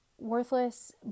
worthless